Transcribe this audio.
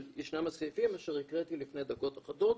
אבל ישנם הסעיפים אשר הקראתי לפני דקות אחדות.